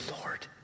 Lord